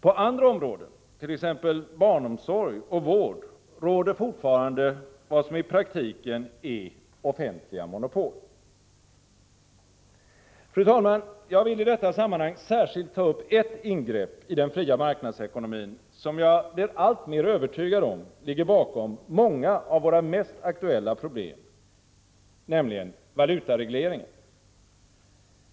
På andra områden, t.ex. barnomsorg och vård, råder fortfarande vad som i praktiken är offentliga monopol. Fru talman! Jag vill i detta sammanhang särskilt ta upp ett ingrepp i den fria marknadsekonomin, som jag blir alltmer övertygad om ligger bakom många av våra mest aktuella problem, nämligen valutaregleringen.